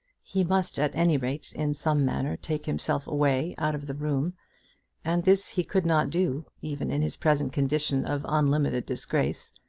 he must at any rate in some manner take himself away out of the room and this he could not do, even in his present condition of unlimited disgrace,